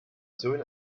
sohn